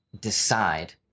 decide